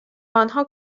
آنها